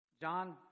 John